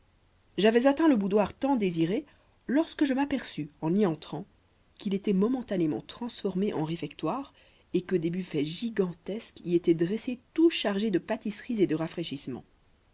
j'avais atteint le boudoir tant désiré lorsque je m'aperçus en y entrant qu'il était momentanément transformé en réfectoire et que des buffets gigantesques y étaient dressés tout chargés de pâtisseries et de rafraîchissements